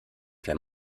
wenn